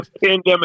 pandemic